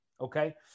Okay